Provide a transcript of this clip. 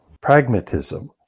Pragmatism